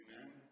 Amen